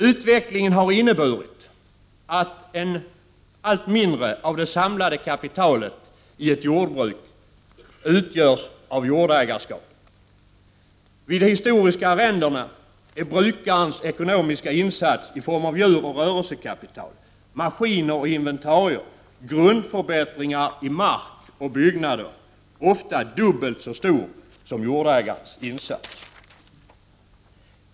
Utvecklingen har inneburit att allt mindre av det samlade kapitalet i ett jordbruk utgörs av jordägarskapet. Vid de historiska arrendena är brukarens ekonomiska insats i form av djur och rörelsekapital, maskiner och inventarier, grundförbättringar i mark och byggnader ofta dubbelt så stor som jordägarens insats.